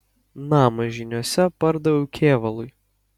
namą žyniuose pardaviau kėvalui